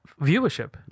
Viewership